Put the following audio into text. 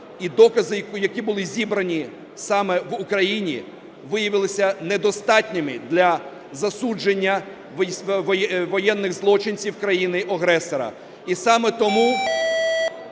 і докази, які були зібрані саме в Україні, виявилися недостатніми для засудження воєнних злочинців країни-агресора. І саме тому,